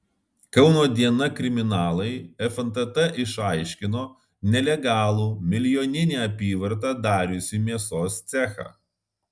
kauno diena kriminalai fntt išaiškino nelegalų milijoninę apyvartą dariusį mėsos cechą